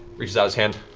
reaches out his hand.